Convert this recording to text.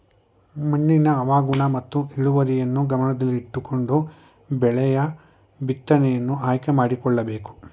ಮಣ್ಣಿನ ಹವಾಗುಣ ಮತ್ತು ಇಳುವರಿಯನ್ನು ಗಮನದಲ್ಲಿಟ್ಟುಕೊಂಡು ಬೆಳೆಯ ಬಿತ್ತನೆಯನ್ನು ಆಯ್ಕೆ ಮಾಡಿಕೊಳ್ಳಬೇಕು